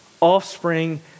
Offspring